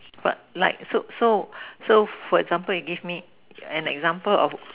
but like so so so for example you give me an example of